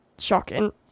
shocking